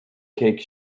cake